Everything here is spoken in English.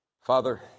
Father